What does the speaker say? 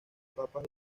papas